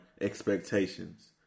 expectations